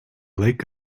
lake